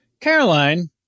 Caroline